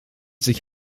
sich